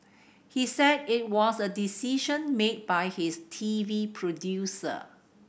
he said it was a decision made by his T V producer